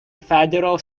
federal